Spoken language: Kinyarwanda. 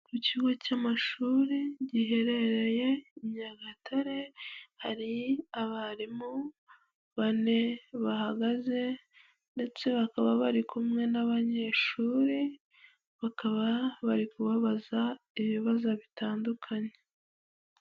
Ikigo cy'amashuri giherereye i Nyagatare, hari abarimu bane bahagaze ndetse bakaba bari kumwe n'abanyeshuri, bakaba bari kubabaza ibibazo bitandukanye.